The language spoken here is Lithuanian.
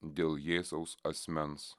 dėl jėzaus asmens